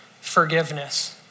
Forgiveness